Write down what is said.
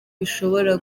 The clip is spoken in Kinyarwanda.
bishobora